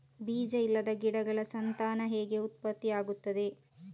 ಬೀಜ ಇಲ್ಲದ ಗಿಡಗಳ ಸಂತಾನ ಹೇಗೆ ಉತ್ಪತ್ತಿ ಆಗುತ್ತದೆ?